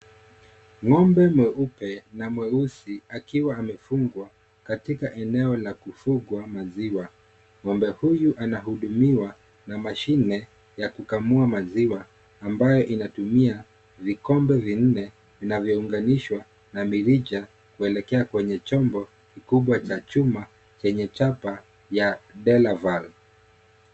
Ng'ombe mweupe na mweusi akiwa amefungwa katika eneo la kufugwa maziwa . Ng'ombe huyu anahudumiwa na mashine ya kukamua maziwa ambayo inatumia vikombe vinne vinavyoungwanishwa na mirija kuelekea kwenye chombo kikubwa cha chuma chenye chapa ya delaval .